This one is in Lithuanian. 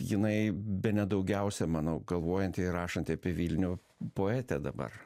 jinai bene daugiausiai manau galvojanti ir rašanti apie vilnių poetė dabar